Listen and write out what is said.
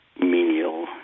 menial